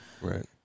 Right